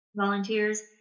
volunteers